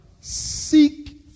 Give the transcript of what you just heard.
seek